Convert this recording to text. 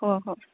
ꯍꯣꯏ ꯍꯣꯏ